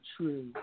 true